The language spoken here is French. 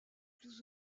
plus